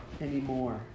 anymore